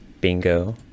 bingo